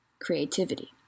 Creativity